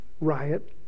riot